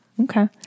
Okay